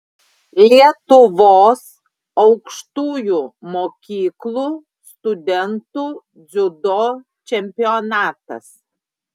lietuvos aukštųjų mokyklų studentų dziudo čempionatas